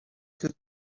que